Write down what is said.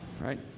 right